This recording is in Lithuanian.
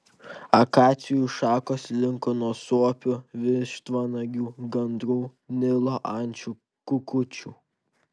akacijų šakos linko nuo suopių vištvanagių gandrų nilo ančių kukučių